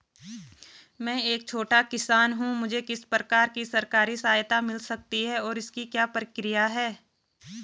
मैं एक छोटा किसान हूँ मुझे किस प्रकार की सरकारी सहायता मिल सकती है और इसकी क्या प्रक्रिया है?